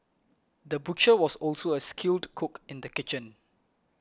the butcher was also a skilled cook in the kitchen